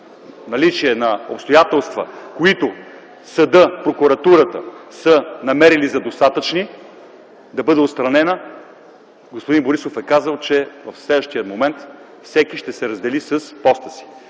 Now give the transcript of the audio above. наличие на обстоятелства, които съдът или прокуратурата са намерили за достатъчни да бъде отстранена, господин Борисов е казал, че в следващия момент всеки ще се раздели с поста си.